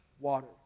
water